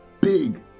big